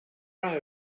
are